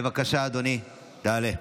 בבקשה, אדוני, תעלה.